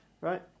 Right